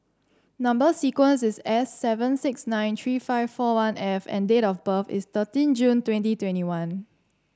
number sequence is S seven six nine three five four one F and date of birth is thirteen June twenty twenty one